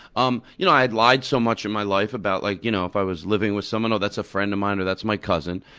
um you know i had lied so much in my life about like you know if i was living with someone, oh, that's a friend of mine, or that's my cousin.